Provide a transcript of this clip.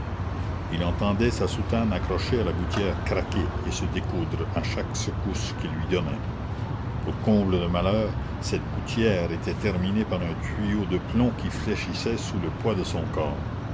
il entendait sa soutane accrochée à la gouttière craquer et se découdre à chaque secousse qu'il lui donnait pour comble de malheur cette gouttière était terminée par un tuyau de plomb qui fléchissait sous le poids de son corps